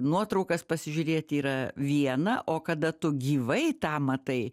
nuotraukas pasižiūrėti yra viena o kada tu gyvai tą matai